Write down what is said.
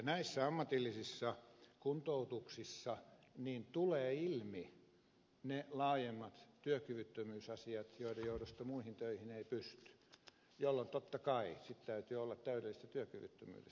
näissä ammatillisissa kuntoutuksissa tulevat ilmi ne laajemmat työkyvyttömyysasiat joiden johdosta muihin töihin ei pysty jolloin totta kai sitten täytyy olla täydellisestä työkyvyttömyydestä kysymys